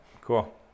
cool